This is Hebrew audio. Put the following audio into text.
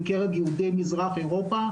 בקרב יהודי מזרח אירופה,